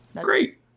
Great